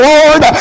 Lord